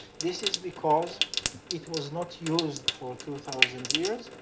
this is because it was not used for two thousand years.